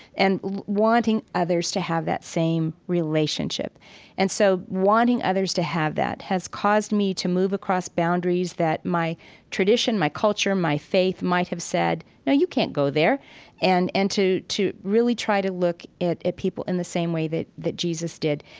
and wanting others to have that same relationship and so wanting others to have that has caused me to move across boundaries that my tradition, my culture, my faith might have said, no, you can't go there and and to to really try to look at people in the same way that that jesus did.